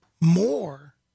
more